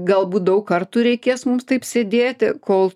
galbūt daug kartų reikės mums taip sėdėti kol